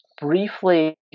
briefly